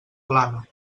plana